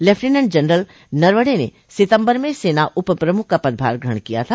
lieutenant general Naravane ने सितंबर में सेना उप प्रमुख का पदभार ग्रहण किया था